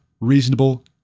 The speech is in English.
reasonable